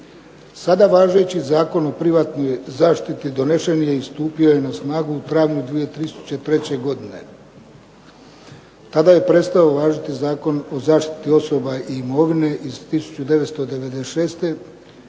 Sada važeći Zakon o privatnoj zaštiti donesen je i stupio je na snagu u travnju 2003. godine. Tada je prestao važiti Zakon o zaštiti osoba i imovine iz 1996. Taj